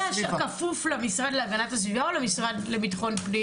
אתה עכשיו כפוף למשרד להגנת הסביבה או למשרד לביטחון פנים?